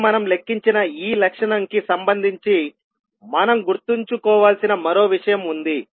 ఇప్పుడే మనం లెక్కించిన ఈ లక్షణం కి సంబంధించి మనం గుర్తుంచుకోవలసిన మరో విషయం ఉంది